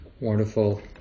wonderful